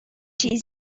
هیچ